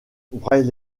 bailey